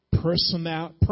personal